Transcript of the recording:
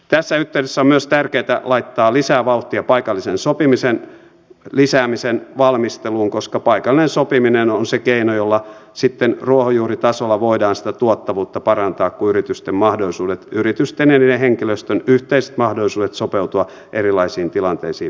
tässä yhteydessä on myös tärkeätä laittaa lisää vauhtia paikallisen sopimisen lisäämisen valmisteluun koska paikallinen sopiminen on se keino jolla sitten ruohonjuuritasolla voidaan sitä tuottavuutta parantaa kun yritysten mahdollisuudet yritysten ja niiden henkilöstön yhteiset mahdollisuudet sopeutua erilaisiin tilanteisiin paranevat